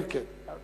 כן, כן.